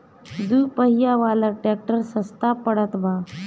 दू पहिया वाला ट्रैक्टर सस्ता पड़त बा